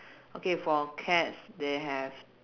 okay for cats they have